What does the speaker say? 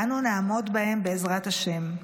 ואנו נעמוד בהם, בעזרת השם.